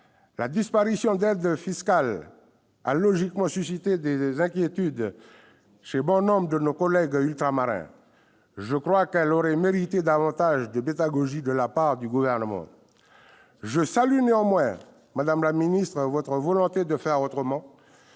La disparition d'aides fiscales a logiquement suscité des inquiétudes chez bon nombre de nos collègues ultramarins. Je crois qu'elle aurait mérité davantage de pédagogie de la part du Gouvernement. Je salue néanmoins, madame la ministre, votre volonté de faire autrement,